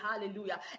Hallelujah